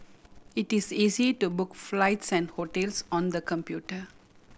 it is easy to book flights and hotels on the computer